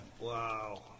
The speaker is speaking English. Wow